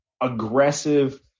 aggressive